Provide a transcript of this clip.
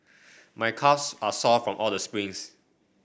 my calves are sore from all the sprints